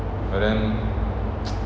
but then